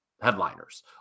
headliners